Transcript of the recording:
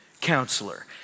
counselor